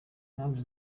impamvu